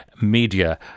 media